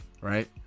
right